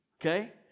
Okay